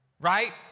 right